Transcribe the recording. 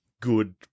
good